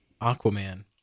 Aquaman